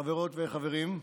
חברות וחברים,